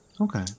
Okay